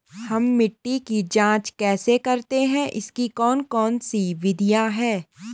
हम मिट्टी की जांच कैसे करते हैं इसकी कौन कौन सी विधियाँ है?